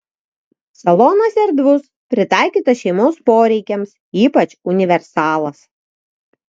salonas erdvus pritaikytas šeimos poreikiams ypač universalas